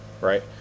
right